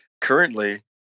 currently